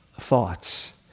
thoughts